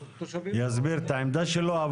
יסביר את העמדה שלו.